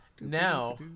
now